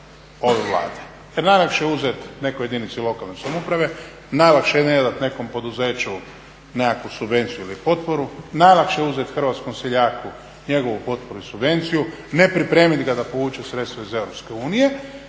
Jer najlakše je uzeti nekoj jedinici lokalne samouprave, najlakše je ne dati nekom poduzeću nekakvu subvenciju ili potporu, najlakše je uzeti hrvatskom seljaku njegovu potporu i subvenciju, ne pripremiti ga da povuče sredstva iz EU